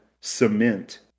cement